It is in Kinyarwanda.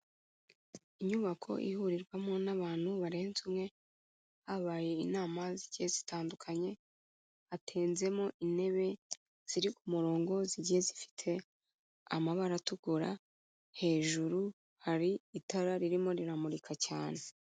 Inyubako ihurirwamo n'abantu barenze umwe, habaye inama zigiye zitandukanye. Hatenzemo intebe ziri ku murongo, zigiye zifite amabara atukura, hejuru hari itara ririmo riramurika cyane.